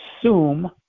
assume